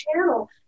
channel